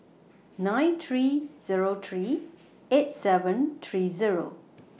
nine three Zero three eight seven three Zero